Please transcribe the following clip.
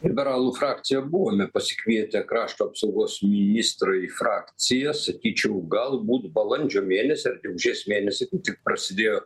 liberalų frakcija buvome pasikvietę krašto apsaugos ministrą į frakciją sakyčiau galbūt balandžio mėnesį ar gegužės mėnesį tik prasidėjo